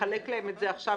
לחלק להם עכשיו